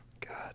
God